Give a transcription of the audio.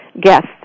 guests